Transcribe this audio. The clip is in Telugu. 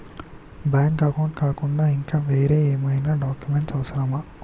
బ్యాంక్ అకౌంట్ కాకుండా ఇంకా వేరే ఏమైనా డాక్యుమెంట్స్ అవసరమా?